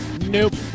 nope